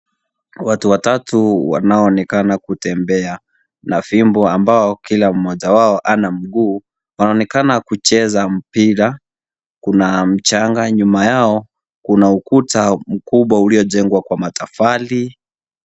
Watu watatu wanaonekana kutembea na fimbo ambao kila mmoja wao hana mguu. Wanaonekana kucheza mpira, kuna mchanga, nyuma yao kuna ukuta uliojengwa kwa matofali.